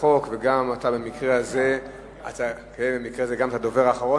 החוק ובמקרה הזה אתה גם הדובר האחרון.